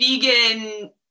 vegan